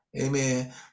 Amen